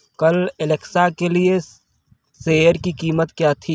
कल एलेक्सा के लिए शेयर की कीमत क्या थी